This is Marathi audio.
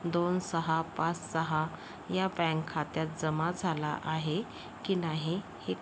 दोन सहा पाच सहा या बँक खात्यात जमा झाला आहे की नाही हे